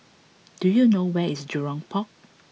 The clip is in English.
do you know where is Jurong Port